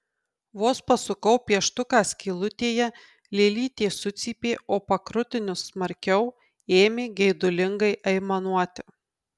vos pasukau pieštuką skylutėje lėlytė sucypė o pakrutinus smarkiau ėmė geidulingai aimanuoti